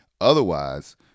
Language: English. Otherwise